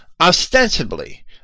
Ostensibly